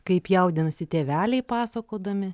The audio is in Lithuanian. kaip jaudinasi tėveliai pasakodami